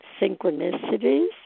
synchronicities